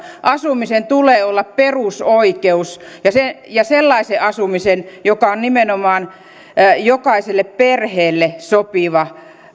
asumisen tulee olla perusoikeus ja sellaisen asumisen joka on nimenomaan jokaiselle perheelle sopiva